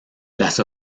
las